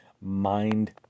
mind